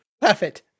Perfect